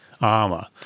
armor